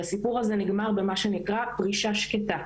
והסיפור הזה נגמר במה שנקרא 'פרישה שקטה'.